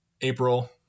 April